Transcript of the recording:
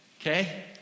Okay